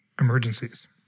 emergencies